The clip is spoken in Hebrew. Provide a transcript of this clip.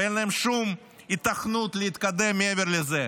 ואין להם שום היתכנות להתקדם מעבר לזה.